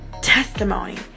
testimony